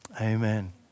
Amen